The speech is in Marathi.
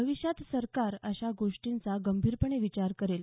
भविष्यात सरकार अशा गोष्टींचा गंभीरपणे विचार करेल